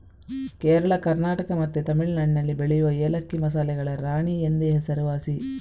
ಕೇರಳ, ಕರ್ನಾಟಕ ಮತ್ತೆ ತಮಿಳುನಾಡಿನಲ್ಲಿ ಬೆಳೆಯುವ ಏಲಕ್ಕಿ ಮಸಾಲೆಗಳ ರಾಣಿ ಎಂದೇ ಹೆಸರುವಾಸಿ